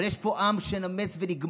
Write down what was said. אבל יש פה עם שנמס ונגמר.